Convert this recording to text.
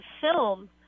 film